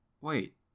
Wait